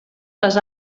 les